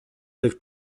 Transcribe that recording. del